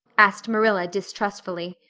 asked marilla distrustfully.